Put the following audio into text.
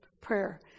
prayer